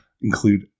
include